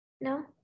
No